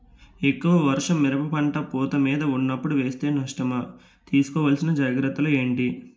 ఎక్కువ వర్షం మిరప పంట పూత మీద వున్నపుడు వేస్తే నష్టమా? తీస్కో వలసిన జాగ్రత్తలు ఏంటి?